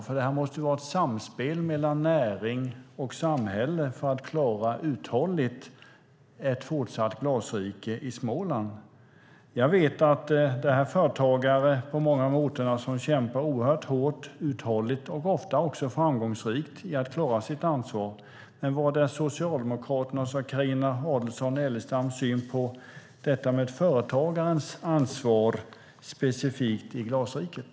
Här måste det ju vara ett samspel mellan näring och samhälle för att uthålligt klara ett fortsatt glasrike i Småland. Jag vet att det finns företagare på många av orterna som kämpar oerhört hårt och uthålligt och ofta också är framgångsrika i att klara sitt ansvar. Men vad är Socialdemokraternas och Carina Adolfsson Elgestams syn på detta med företagarens ansvar specifikt i Glasriket?